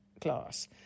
class